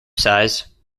size